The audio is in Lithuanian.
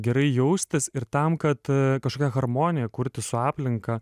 gerai jaustis ir tam kad kažkokią harmoniją kurti su aplinka